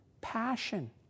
passion